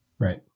Right